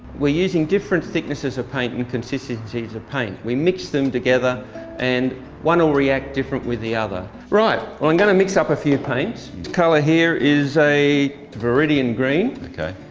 we're using different thicknesses of paint and consistencies of paint. we mix them together and one will react different with the other. right, well i'm going to mix up a few paints. the color here is a viridian green. okay.